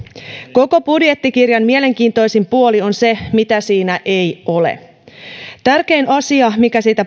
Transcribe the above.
koko budjettikirjan mielenkiintoisin puoli on se mitä siinä ei ole tärkein asia mikä siitä